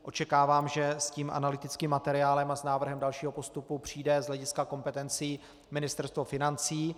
Očekávám, že s tím analytickým materiálem a s návrhem dalšího postupu přijde z hlediska kompetencí Ministerstvo financí.